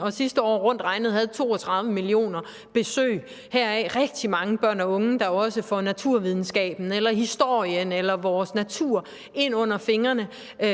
som sidste år rundt regnet havde 32 millioner besøg, heraf rigtig mange børn og unge, der også får naturvidenskab eller historie eller vores natur ind under fingrene